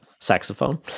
saxophone